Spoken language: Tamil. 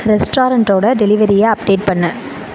ரெஸ்டாரண்டோடய டெலிவரியை அப்டேட் பண்ணு